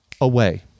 away